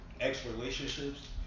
ex-relationships